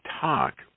talk